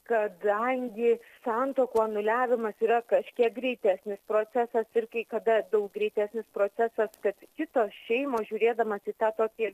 kadangi santuokų anuliavimas yra kažkiek greitesnis procesas ir kai kada daug greitesnis procesas kad kitos šeimos žiūrėdamos į tą tokį